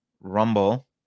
Rumble